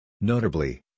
Notably